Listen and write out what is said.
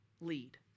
lead